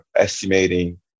Estimating